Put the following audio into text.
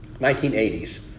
1980s